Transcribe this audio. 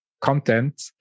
content